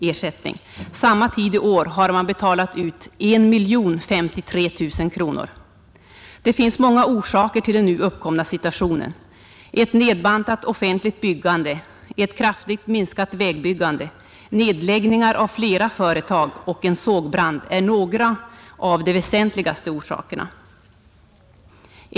Under samma tid i år har man betalat ut 1053 000 kronor. Det finns många orsaker till den nu uppkomna situationen. Ett nedbantat offentligt byggande, ett kraftigt minskat vägbyggande, nedläggningar av flera företag och en sågbrand är några av de väsentligaste anledningarna.